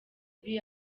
ibi